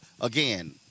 again